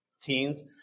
Teens